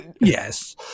yes